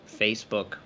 Facebook